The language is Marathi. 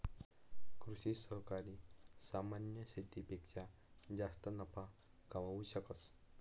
कृषि सहकारी सामान्य शेतीपेक्षा जास्त नफा कमावू शकस